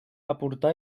aportà